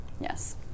Yes